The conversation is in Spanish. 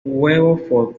huevo